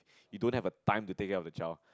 you don't have a time to take care of a child